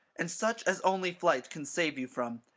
and such as only flight can save you from.